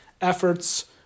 efforts